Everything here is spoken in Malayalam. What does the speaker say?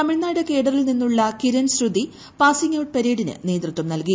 തമിഴ്നാട് കേഡറിൽ നിന്നുള്ള കിരൺ ശ്രുതി പാസിങ് ഔട്ട് പരേഡിന് നേതൃത്വം നൽകി